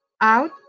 out